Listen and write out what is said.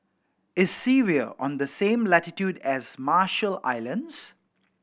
is Syria on the same latitude as Marshall Islands